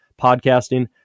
podcasting